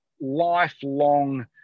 lifelong